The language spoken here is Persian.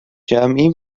جمعی